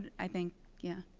i think yeah.